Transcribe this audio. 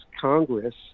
Congress